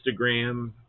Instagram